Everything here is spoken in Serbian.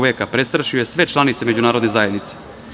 Veka, prestrašio je sve članice međunarodne zajednice.